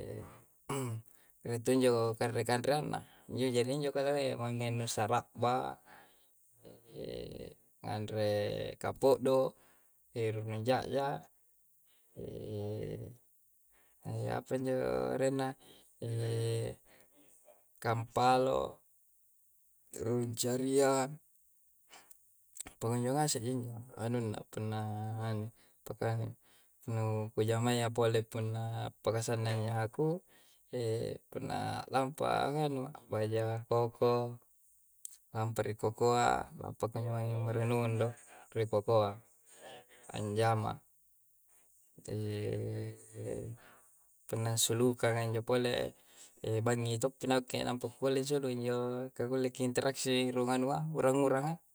rie' to injo kanre-kanreangna. Jari injo ka nu lohe mange, nu sarabba, nganre kampo'do' e rurung ja'ja. apa injo arenna? kampalo rung caria, pakunjo ngase ji injo anunna punna nganui pakanui. Nu kujamayya pole punna appakasannangi nyahaku, punna lampaa nganu a'baja koko. Lampa ri kokoa, lampa kunjo mange merenung do, ri kokoa. Anjama. punna ansulukanga njo pole, e bangngi toppi nakke nampa kukulle ansulu. Injo ka kulle ki interaksi rung anua, urang-uranga.